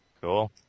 Cool